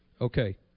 Okay